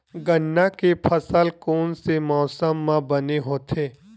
गन्ना के फसल कोन से मौसम म बने होथे?